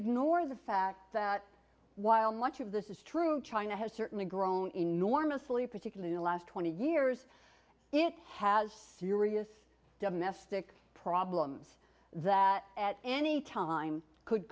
ignore the fact that while much of this is true china has certainly grown enormously particularly in the last twenty years it has serious domestic problems that at any time could